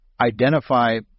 identify